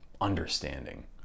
understanding